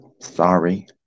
Sorry